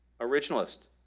originalist